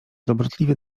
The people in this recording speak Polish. dobrotliwy